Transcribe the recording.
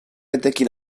etekin